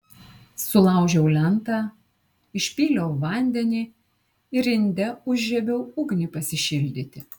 sulaužiau lentą išpyliau vandenį ir inde užžiebiau ugnį pasišildyti